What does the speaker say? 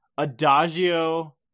Adagio